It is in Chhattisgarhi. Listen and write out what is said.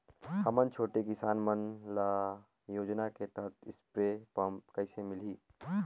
हमन छोटे किसान मन ल योजना के तहत स्प्रे पम्प कइसे मिलही?